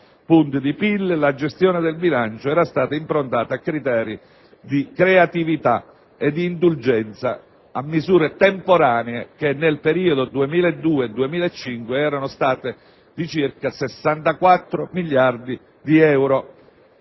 punti di PIL, la gestione del bilancio era stata improntata a criteri di creatività e di indulgenza, a misure temporanee che nel periodo 2002-2005 erano state pari a 64 miliardi di euro.